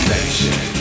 Nation